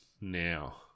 now